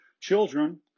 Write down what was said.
children